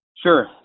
Sure